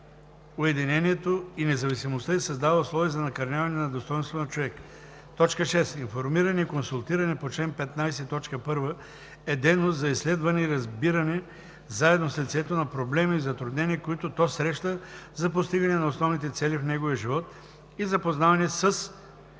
уединението и независимостта и създава условия за накърняване на достойнството на човека. 6. „Информиране и консултиране“ по чл. 15, т, 1 е дейност за изследване и разбиране заедно с лицето на проблеми и затруднения, които то среща за постигане на основните цели в неговия живот, и запознаване